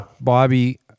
Bobby